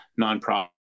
nonprofit